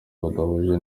badahuje